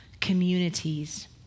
communities